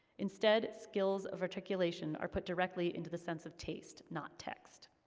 instead, skills of articulation are put directly into the sense of taste, not text.